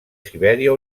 sibèria